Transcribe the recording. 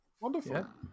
Wonderful